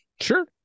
Sure